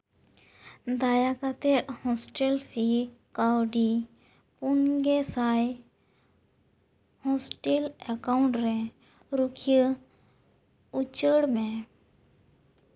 ᱫᱟᱭᱟ ᱠᱟᱛᱮᱜ hostel fee ᱠᱟᱹᱣᱰᱤ ᱯᱩᱱ ᱜᱮᱸᱥᱟᱭ ᱦᱚᱥᱴᱮᱞ ᱮᱠᱟᱩᱱᱴᱨᱮ ᱨᱩᱠᱷᱤᱭᱟᱹ ᱩᱪᱟᱹᱲ ᱢᱮ